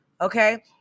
okay